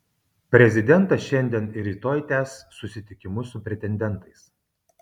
prezidentas šiandien ir rytoj tęs susitikimus su pretendentais